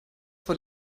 vor